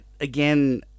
again